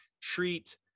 treat